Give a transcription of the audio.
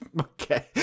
okay